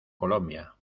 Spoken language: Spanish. colombia